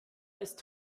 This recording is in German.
ist